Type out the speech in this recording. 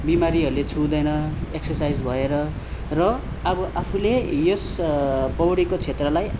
बिमारीहरूले छुँदैन एक्सरसाइज भएर र अब आफूले यस पौडीको क्षेत्रलाई